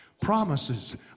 Promises